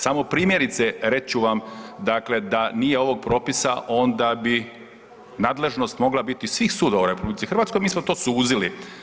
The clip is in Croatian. Samo, primjerice, reći ću vam da nije ovog propisa onda bi nadležnost mogla biti svih sudova u RH, mi smo to suzili.